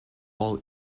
all